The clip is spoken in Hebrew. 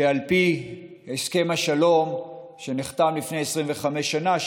שעל פי הסכם השלום שנחתם לפני 25 שנה,